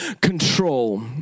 control